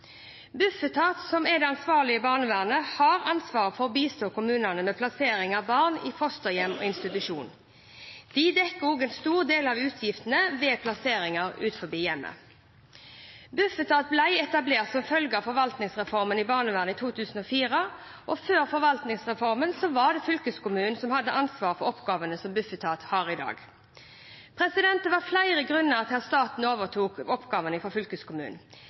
som er det statlige nivået i barnevernet, har ansvar for å bistå kommuner med plassering av barn i fosterhjem og institusjon. De dekker også en stor del av utgiftene ved plasseringer utenfor hjemmet. Bufetat ble etablert som følge av forvaltningsreformen i barnevernet i 2004. Før forvaltningsreformen var det fylkeskommunen som hadde ansvaret for oppgavene som Bufetat har i dag. Det var flere grunner til at staten overtok oppgaver fra fylkeskommunen.